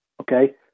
Okay